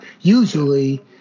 Usually –